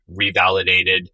revalidated